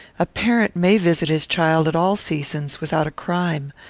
a parent may visit his child at all seasons, without a crime.